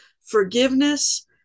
Forgiveness